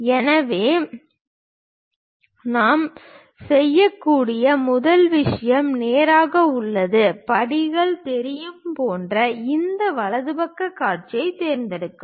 எனவே நாம் செய்யக்கூடிய முதல் விஷயம் நேராக உள்ளது படிகள் தெரியும் போன்ற இந்த வலது பக்க காட்சியைத் தேர்ந்தெடுக்கவும்